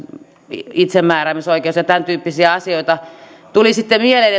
itsemääräämisoikeus ja tämäntyyppisiä asioita tuli sitten mieleen